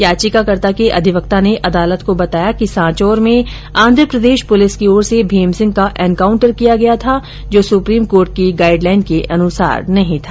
याचिकाकर्ता के अधिवक्ता ने अदालत को बताया कि सांचौर में आंध्रप्रदेश पुलिस की ओर से भीमसिंह का एनकाउंटर किया गया था जो सुप्रीम कोर्ट की गाइडलाइन के अनुसार नहीं था